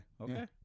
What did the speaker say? Okay